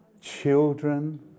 children